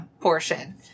portion